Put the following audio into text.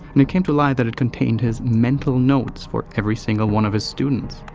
and it came to light that it contained his mental notes for every single one of his students.